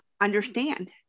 understand